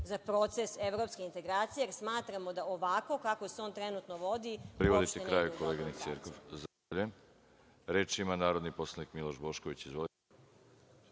za proces evropske integracije, jer smatramo da ovako kako se on trenutno vodi uopšte ne ide u dobrom pravcu.